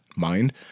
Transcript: mind